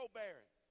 barren